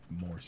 more